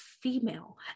female